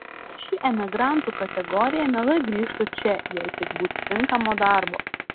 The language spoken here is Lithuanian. ši emigrantų kategorija mielai grįžtu čia jei tik būtų tinkamo darbo